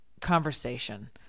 conversation